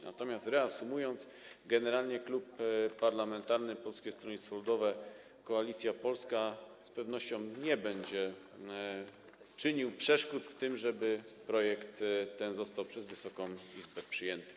Natomiast, reasumując, generalnie Klub Parlamentarny Polskie Stronnictwo Ludowe - Koalicja Polska z pewnością nie będzie czynił przeszkód w tym, żeby projekt ten został przez Wysoką Izbę przyjęty.